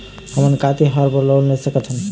हमन का तिहार बर लोन ले सकथन?